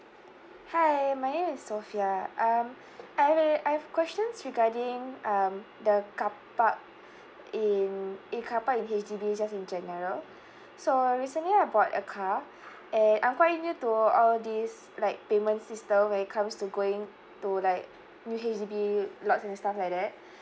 hi my name is sofea um I've I have questions regarding um the car park in in car park in H_D_B just in general so recently I bought a car and I'm quite new to uh this like payment system when it comes to going to like new H_D_B lots and stuff like that